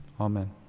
Amen